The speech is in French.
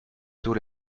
taux